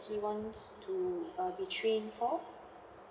he wants to err be trained for